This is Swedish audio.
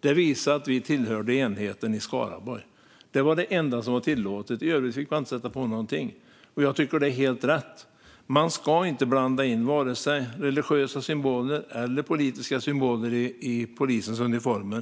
Det visade att vi tillhörde enheten i Skaraborg. Det var det enda som var tillåtet. I övrigt fick man inte sätta på någonting. Jag tycker att det är helt rätt. Man ska inte blanda in vare sig religiösa eller politiska symboler i polisens uniformer.